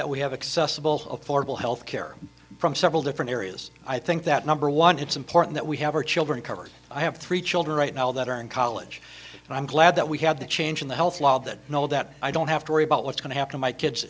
that we have accessible affordable health care from several different areas i think that number one it's important that we have our children covered i have three children right now that are in college and i'm glad that we have the change in the health law that know that i don't have to worry about what's going to happen in my kids